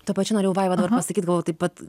tuo pačiu norėjau vaiva dar pasakyt galvojau taip vat